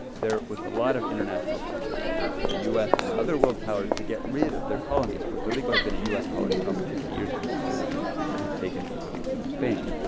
there was a lot of international pressure for for the u s. and other world powers to get rid of their colonies. puerto rico had been a u s. colony for almost fifty years at this point since it had taken puerto rico from spain.